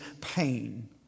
pain